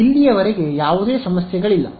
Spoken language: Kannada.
ಇಲ್ಲಿಯವರೆಗೆ ಯಾವುದೇ ಸಮಸ್ಯೆಗಳಿಲ್ಲ